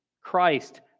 Christ